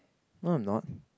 no I'm not